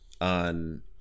on